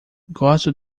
gosto